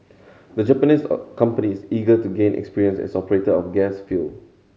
the Japanese companies eager to gain experience as operator of gas field